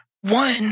one